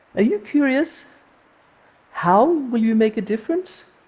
you curious how will you make a difference?